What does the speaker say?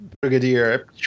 Brigadier